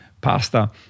pasta